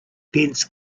dense